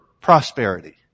prosperity